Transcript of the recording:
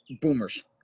boomers